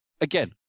again